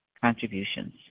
contributions